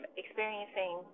experiencing